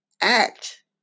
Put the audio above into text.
act